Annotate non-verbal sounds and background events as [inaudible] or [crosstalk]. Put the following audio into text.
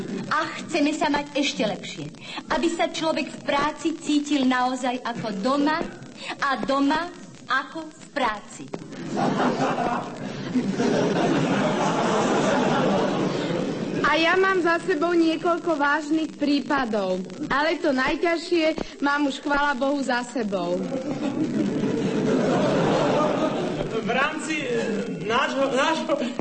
A chceme sa mať ešte lepšie, aby sa človek v práci cítil naozaj ako doma a doma ako v práci. [laughs] A ja mám za sebou niekoľko vážnych prípadov, ale to najťažšie mám už, chvala Bohu, za sebou. V rámci, eh, nášho- nášho-